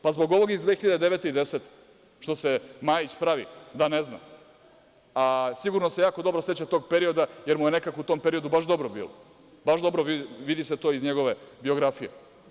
Pa, zbog ovog iz 2009. i 2010. godine, što se Majić pravi da ne zna, a sigurno se dobro seća tog perioda, jer mu je, nekako u tom periodu baš dobro bilo, vidi se to iz njegove biografije.